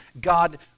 God